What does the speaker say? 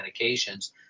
medications